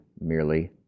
merely